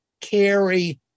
carry